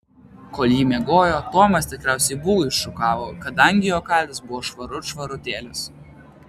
kol ji miegojo tomas tikriausiai bū iššukavo kadangi jo kailis buvo švarut švarutėlis